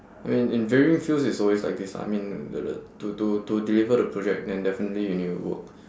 I mean in varying field it's always like this ah I mean the the to to to deliver the project then definitely you need to work